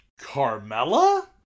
Carmella